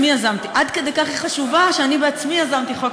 עד כדי כך היא חשובה שאני בעצמי יזמתי חוק